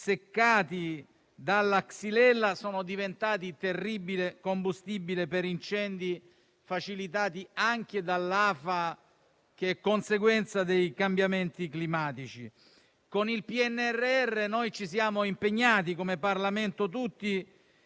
seccati dalla xylella, sono diventati il terribile combustibile per incendi facilitati anche dall'afa, che è conseguenza dei cambiamenti climatici. Con il PNRR noi ci siamo impegnati, come Parlamento tutto,